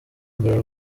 mbere